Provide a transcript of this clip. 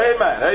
Amen